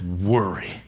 worry